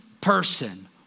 person